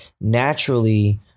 naturally